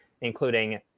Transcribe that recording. including